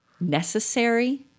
necessary